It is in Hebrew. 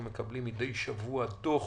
מדי שבוע אנחנו מקבלים דוח: